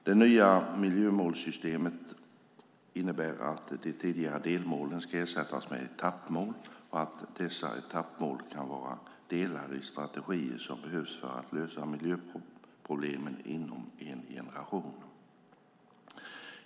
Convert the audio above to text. Det nya miljömålssystemet innebär att de tidigare delmålen ska ersättas med etappmål och att dessa etappmål kan vara delar i strategier som behövs för att lösa miljöproblemen inom en generation.